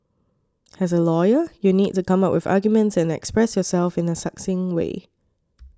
as a lawyer you'll need to come up with arguments and express yourself in a succinct way